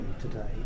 today